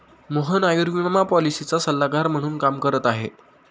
मोहन आयुर्विमा पॉलिसीचा सल्लागार म्हणून काम करत आहे